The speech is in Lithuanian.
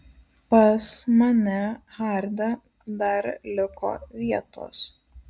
pas mane harde dar liko vietos